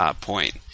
point